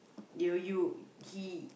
near you he